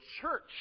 church